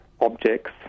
objects